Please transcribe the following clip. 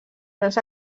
grans